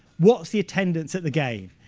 what's the attendance at the game?